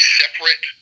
separate